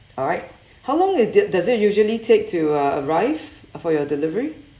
alright how long it di~ does it usually take to uh arrive for your delivery